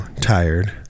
tired